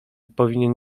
powinien